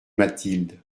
mathilde